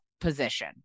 position